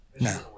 No